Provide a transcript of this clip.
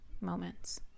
moments